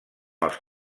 els